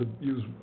use